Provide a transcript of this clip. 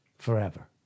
Forever